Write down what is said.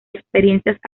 experiencias